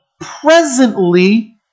presently